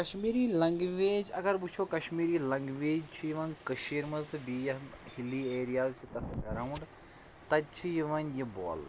Kashmiri language اَگر وٕچھو Kashmiri language چھِ یِوان کٔشیٖرِ منٛز تہٕ بیٚیہِ ہِلی ایریاز چھِ تَتھ اٮ۪راوُنٛڈ تَتہِ چھِ یِوان یہِ بولنہٕ